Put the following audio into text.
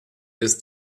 ist